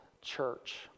church